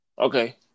Okay